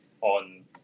on